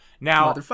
Now